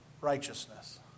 righteousness